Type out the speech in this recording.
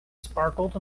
sparkled